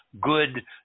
good